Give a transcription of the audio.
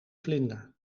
vlinder